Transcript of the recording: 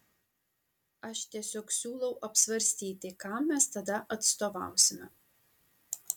aš tiesiog siūlau apsvarstyti kam mes tada atstovausime